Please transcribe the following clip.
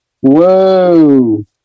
Whoa